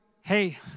hey